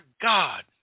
God